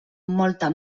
molta